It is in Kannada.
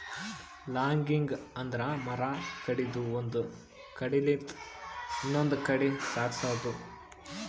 ಲಾಗಿಂಗ್ ಅಂದ್ರ ಮರ ಕಡದು ಒಂದ್ ಕಡಿಲಿಂತ್ ಇನ್ನೊಂದ್ ಕಡಿ ಸಾಗ್ಸದು